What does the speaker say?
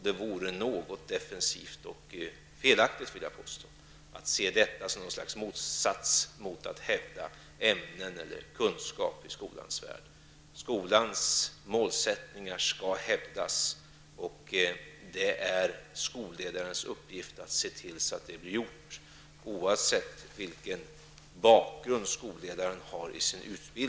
Det vore defensivt, och, skulle jag vilja påstå, helt felaktigt att se detta som en motsättning till att man skall hävda ämnen och kunskaper i skolans värld. Skolans mål skall hävdas, och det är skolledarens uppgift att se till att så blir fallet, oavsett vilken utbildningsbakgrund skolledaren har.